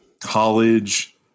college